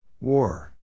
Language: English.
War